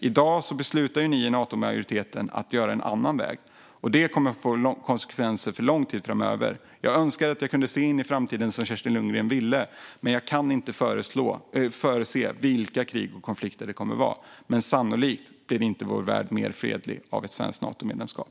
I dag beslutar ni i Natomajoriteten att gå en annan väg, och det kommer att få konsekvenser för lång tid framöver. Jag önskar att jag kunde se in i framtiden, som Kerstin Lundgren ville, men jag kan inte förutspå vilka krig och konflikter det kommer att vara. Men sannolikt blir inte vår värld mer fredlig av ett svenskt Natomedlemskap.